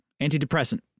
antidepressant